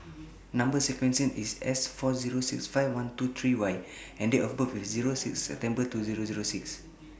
Number sequence IS S four Zero six five one two three Y and Date of birth IS Zero six September two Zero Zero six